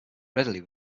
readily